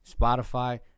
Spotify